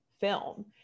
film